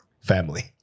family